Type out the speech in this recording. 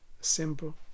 simple